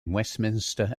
westminster